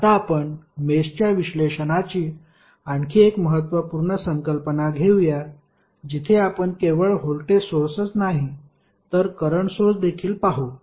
आता आपण मेषच्या विश्लेषणाची आणखी एक महत्त्वपूर्ण संकल्पना घेऊया जिथे आपण केवळ व्होल्टेज सोर्सच नाही तर करंट सोर्स देखील पाहू